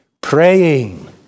praying